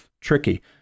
tricky